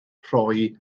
rhoi